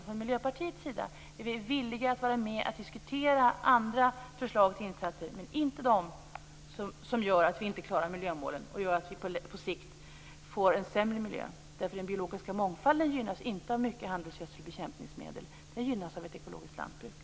Från Miljöpartiets sida är vi villiga att vara med och diskutera andra förslag till insatser, men inte de som gör att vi inte klarar miljömålen och som gör att vi på sikt får en sämre miljö. Den biologiska mångfalden gynnas inte av mycket handelsgödsel och bekämpningsmedel, utan den gynnas av ett ekologiskt lantbruk.